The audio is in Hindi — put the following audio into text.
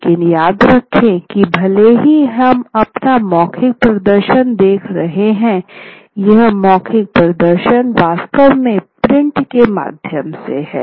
लेकिन याद रखें कि भले ही हम अपना मौखिक प्रदर्शन देख रहे हैं ये मौखिक प्रदर्शन वास्तव में प्रिंट के माध्यम से है